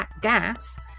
gas